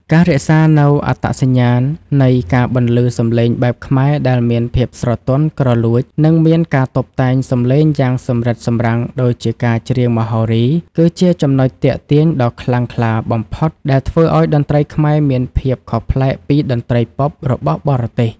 ការរក្សានូវអត្តសញ្ញាណនៃការបន្លឺសម្លេងបែបខ្មែរដែលមានភាពស្រទន់ ក្រលួច និងមានការតុបតែងសម្លេងយ៉ាងសម្រិតសម្រាំងដូចការច្រៀងមហោរី គឺជាចំណុចទាក់ទាញដ៏ខ្លាំងក្លាបំផុតដែលធ្វើឱ្យតន្ត្រីខ្មែរមានភាពខុសប្លែកពីតន្ត្រីប៉ុបរបស់បរទេស។